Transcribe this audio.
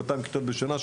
200 כיתות בשנה,